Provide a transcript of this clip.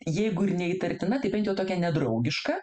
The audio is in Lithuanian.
jeigu ir neįtartina tai bent jau tokia nedraugiška